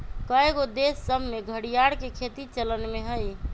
कएगो देश सभ में घरिआर के खेती चलन में हइ